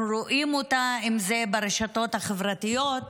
אנחנו רואים אותן אם זה ברשתות החברתיות,